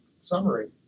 summary